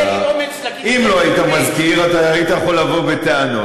לי יש אומץ להגיד --- אם לא היית מזכיר אתה היית יכול לבוא בטענות.